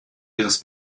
ihres